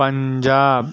Punjab